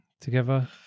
together